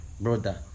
brother